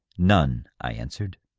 none, i answered.